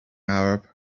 arab